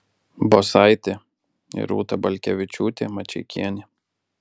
bosaitė ir rūta balkevičiūtė mačeikienė